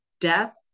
death